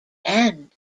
end